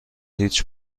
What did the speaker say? هیچ